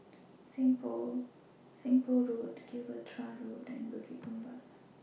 Seng Poh Road Gibraltar Road and Bukit Gombak